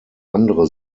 andere